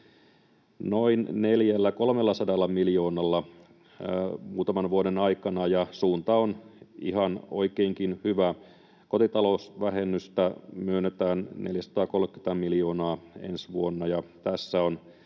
on noussut noin 300 miljoonalla muutaman vuoden aikana, ja suunta on ihan oikeinkin hyvä. Kotitalousvähennystä myönnetään 430 miljoonaa ensi vuonna, ja tässä on